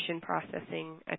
processing